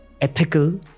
ethical